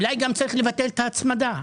אולי גם צריך לבטל את ההצמדה.